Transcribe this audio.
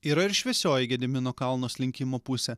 yra ir šviesioji gedimino kalno slinkimo pusė